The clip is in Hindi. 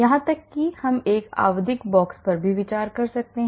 यहां तक कि हम एक आवधिक बॉक्स पर भी विचार कर सकते हैं